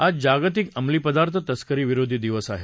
आज जागतिक अंमलीपदार्थ तस्करी विरोधी दिवस आहे